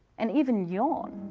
and even yawn.